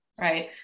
right